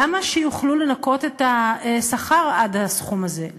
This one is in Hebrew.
למה שיוכלו לנכות את השכר עד הסכום הזה?